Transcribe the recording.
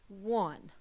one